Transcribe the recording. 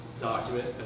Document